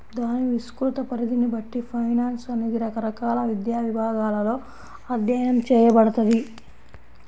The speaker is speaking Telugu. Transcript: దాని విస్తృత పరిధిని బట్టి ఫైనాన్స్ అనేది రకరకాల విద్యా విభాగాలలో అధ్యయనం చేయబడతది